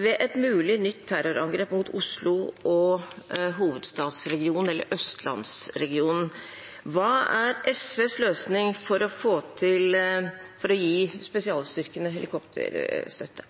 ved et mulig nytt terrorangrep mot Oslo og hovedstadsregionen, eller østlandsregionen. Hva er SVs løsning for å gi spesialstyrkene helikopterstøtte?